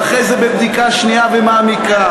ואחרי זה בבדיקה שנייה ומעמיקה